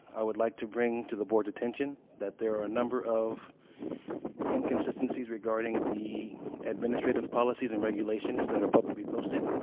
i would like to bring to the board's attention that there are a number of inconsistencies regarding the administrative policies and regulations that are publicly posted.